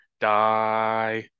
die